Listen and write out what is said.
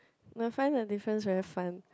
must find the difference very fun